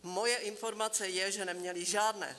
Moje informace je, že neměli žádné.